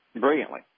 brilliantly